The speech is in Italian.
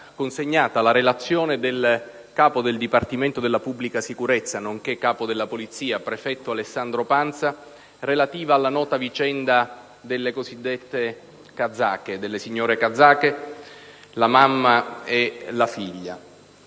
consegnata la relazione del Capo del Dipartimento della pubblica sicurezza, nonché Capo della Polizia, prefetto Alessandro Pansa, relativa alla nota vicenda delle due signore kazake, la mamma e la figlia.